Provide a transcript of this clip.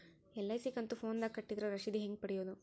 LIC ಕಂತು ಫೋನದಾಗ ಕಟ್ಟಿದ್ರ ರಶೇದಿ ಹೆಂಗ್ ಪಡೆಯೋದು?